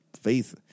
faith